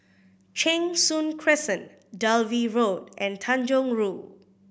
Cheng Soon Crescent Dalvey Road and Tanjong Rhu